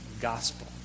gospel